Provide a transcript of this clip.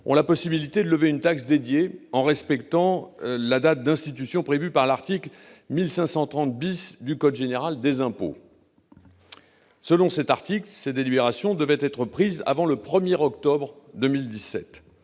ont la possibilité de lever une taxe dédiée, en respectant la date d'institution prévue par l'article 1530 du code général des impôts. Selon cet article, ces délibérations devaient être prises avant le 1 octobre 2017.